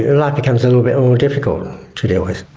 life becomes a little bit more difficult to deal with.